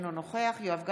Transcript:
אינו נוכח יואב גלנט,